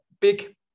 big